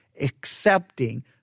accepting